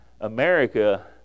America